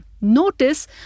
Notice